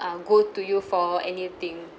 uh go to you for anything